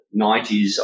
90s